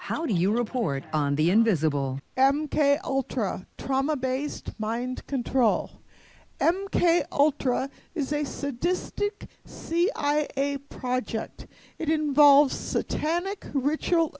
how do you report on the invisible m k ultra trauma based mind control m k ultra is a sadistic cia project it involves satanic ritual